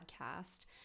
podcast